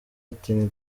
ati